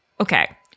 okay